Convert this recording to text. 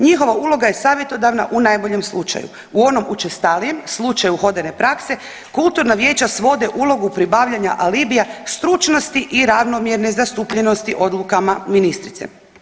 Njihova uloga je savjetodavna u najboljem slučaju, u onom učestalijem slučaju uhodane prakse, kulturna vijeća svode ulogu pribavljanja alibija stručnosti i ravnomjerne zastupljenosti odlukama ministrice.